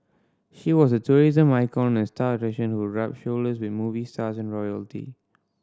she was a tourism icon and star attraction who rubbed shoulders with movie stars and royalty